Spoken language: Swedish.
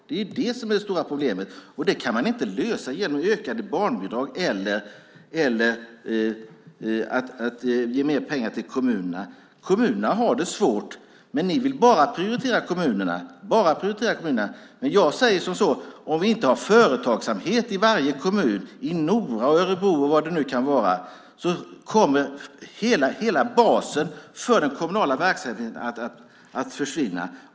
Det kan inte lösas med hjälp av ökade barnbidrag eller mer pengar till kommunerna. Kommunerna har det svårt, men ni vill bara prioritera kommunerna. Om det inte finns företagsamhet i varje kommun - i Nora och Örebro - kommer hela basen för den kommunala verksamheten att försvinna.